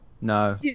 No